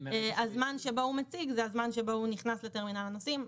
הזמן שבו הוא מציג זה הזמן שבו הוא נכנס לטרמינל הנוסעים,